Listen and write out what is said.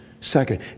second